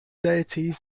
deities